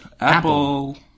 Apple